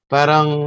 Parang